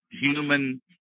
human –